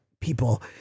people